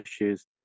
issues